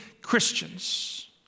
Christians